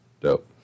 Dope